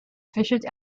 efficient